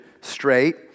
straight